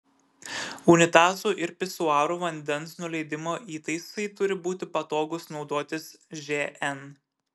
unitazų ir pisuarų vandens nuleidimo įtaisai turi būti patogūs naudotis žn